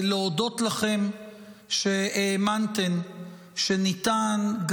להודות לכן שהאמנתן שניתן,